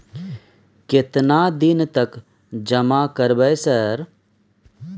केतना दिन तक जमा करबै सर?